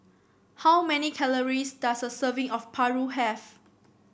how many calories does a serving of paru have